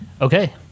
Okay